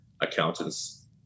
accountants